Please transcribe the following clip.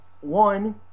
one